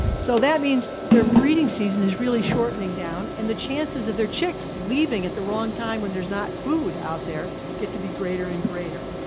so that means their breeding season is really shortening down and the chances of their chicks leaving at the wrong time when there's not food out there get to be greater and greater.